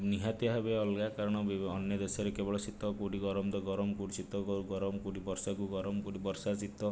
ନିହାତି ଭାବେ ଅଲଗା କାରଣ ଅନ୍ୟ ଦେଶରେ କେବଳ ଶୀତ କେଉଁଠି ଗରମ ତ ଗରମ କେଉଁଠି ଶୀତ ଗରମ କେଉଁଠି ବର୍ଷାକୁ ଗରମ କେଉଁଠି ବର୍ଷା ଶୀତ